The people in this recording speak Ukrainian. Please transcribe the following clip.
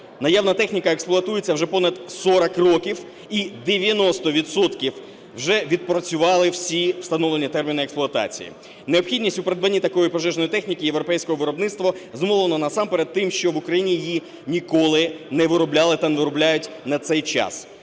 Наявна техніка експлуатується вже понад 40 років і 90 відсотків вже відпрацювали всі встановлені терміни експлуатації. Необхідність у придбанні такої пожежної техніки європейського виробництва зумовлено насамперед тим, що в Україні її ніколи не виробляли та не виробляють на цей час.